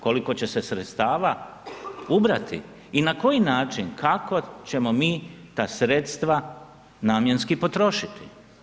Koliko će se sredstava ubrati i na koji način, kako ćemo mi ta sredstva namjenski potrošiti?